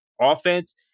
offense